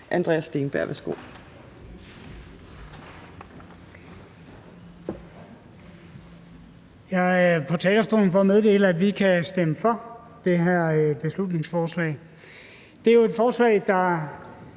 Andreas Steenberg (RV): Jeg er på talerstolen for at meddele, at vi kan stemme for det her beslutningsforslag. Det er jo et forslag, der